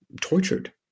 tortured